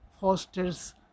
fosters